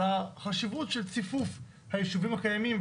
החשיבות של ציפוף הישובים הקיימים,